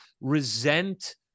resent